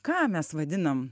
ką mes vadinam